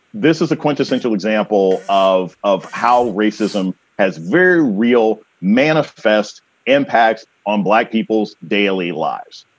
this is a quintessential example of of how racism has very real manifest impacts on black people's daily lives.